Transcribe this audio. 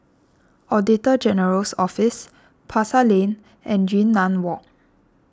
Auditor General's Office Pasar Lane and Yunnan Walk